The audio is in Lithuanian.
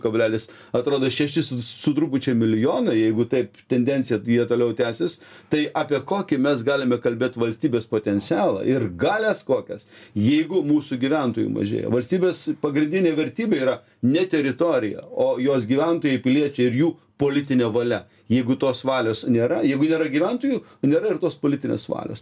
kablelis atrodo šešis su trupučiu milijono jeigu taip tendencija jie toliau tęsis tai apie kokį mes galime kalbėt valstybės potencialą ir galias kokias jeigu mūsų gyventojų mažėja valstybės pagrindinė vertybė yra ne teritorija o jos gyventojai piliečiai ir jų politinė valia jeigu tos valios nėra jeigu nėra gyventojų nėra ir tos politinės valios